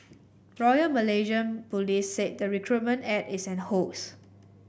royal Malaysian Police said the recruitment ad is a hoax